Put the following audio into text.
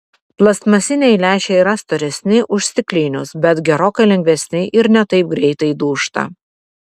plastmasiniai lęšiai yra storesni už stiklinius bet gerokai lengvesni ir ne taip greitai dūžta